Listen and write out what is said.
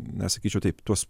na sakyčiau taip tuos